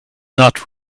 not